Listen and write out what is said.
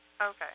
Okay